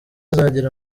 azagera